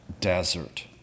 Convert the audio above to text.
desert